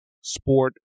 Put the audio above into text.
sport